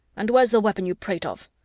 and where's the weapon you prate of?